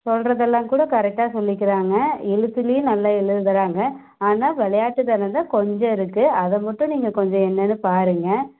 சொல்லுறதெல்லாம் கூட கரெக்டாக சொல்லிக்கிறாங்க எழுத்துலையும் நல்லா எழுதுறாங்க ஆனால் விளையாட்டு தனம்தான் கொஞ்சம் இருக்கு அதை மட்டும் நீங்கள் கொஞ்சம் என்னென்னு பாருங்கள்